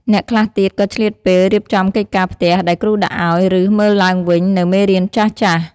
អ្នកខ្លះទៀតក៏ឆ្លៀតពេល រៀបចំកិច្ចការផ្ទះ ដែលគ្រូដាក់ឱ្យ ឬ មើលឡើងវិញនូវមេរៀនចាស់ៗ។